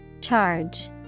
Charge